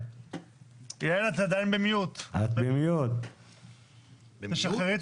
גם אני שמחה להיות